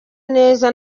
neza